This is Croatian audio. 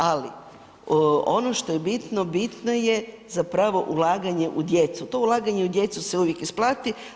Ali ono što je bitno, bitno je ulaganje u djecu, to ulaganje u djecu se uvijek isplati.